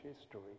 history